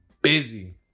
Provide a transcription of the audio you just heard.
Busy